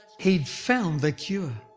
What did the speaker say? he'd found the cure.